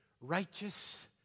righteous